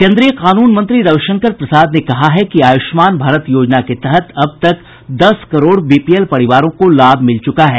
केंद्रीय कानून मंत्री रविशंकर प्रसाद ने कहा है कि आयुष्मान भारत योजना के तहत अब तक दस करोड़ बीपीएल परिवारों को लाभ मिल चुका है